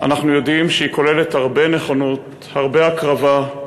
אנחנו יודעים שהיא כוללת הרבה נכונות, הרבה הקרבה,